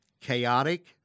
chaotic